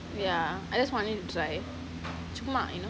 ya I just wanted to try சும்மா:chumma you know